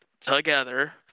together